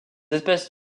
espèces